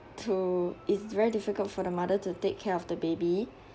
to it's very difficult for the mother to take care of the baby